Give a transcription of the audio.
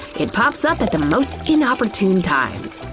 it pops up at the most inopportune times.